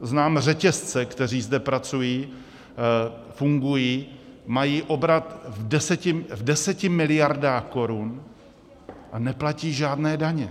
Znám řetězce, které zde pracují, fungují, mají obrat v desetimiliardách korun, a neplatí žádné daně.